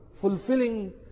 fulfilling